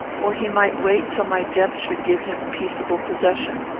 or he might wait till my death should give him peaceable possession.